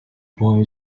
boy